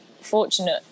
fortunate